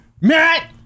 Matt